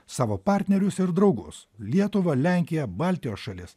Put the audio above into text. savo partnerius ir draugus lietuvą lenkiją baltijos šalis